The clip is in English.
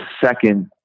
second